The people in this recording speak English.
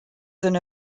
than